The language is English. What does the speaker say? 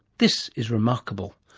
this is remarkable.